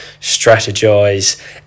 strategize